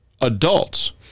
adults